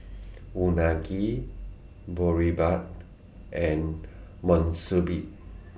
Unagi Boribap and